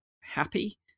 happy